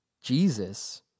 Jesus